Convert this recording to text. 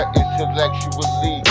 intellectually